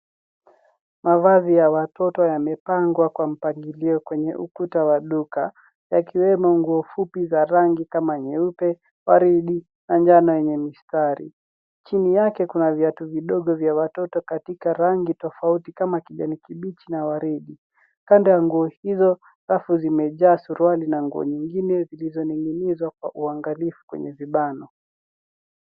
Mavazi ya watoto yamepangwa kwa mpangilio, kwenye ukuta wa duka, yakiwemo nguo fupi za rangi kama nyeupe, waridi, manjano yenye mistari. Chini yake kuna viatu vidogo vya watoto katika rangi tofauti kama kijani kibichi na waridi. Kando ya nguo hizo, rafu zimejaa suruali na nguo nyingine zilizoning'inizwa kwa uangalifu, kwenye vibano.